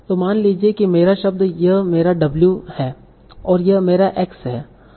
तो मान लीजिए कि मेरा शब्द यह मेरा डब्ल्यू W है और यह मेरा एक्स x है